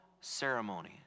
ceremony